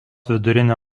vidurinę